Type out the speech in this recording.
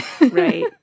right